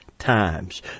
Times